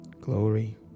glory